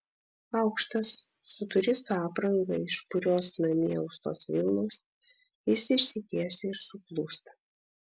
aukštas su turisto apranga iš purios namie austos vilnos jis išsitiesia ir suklūsta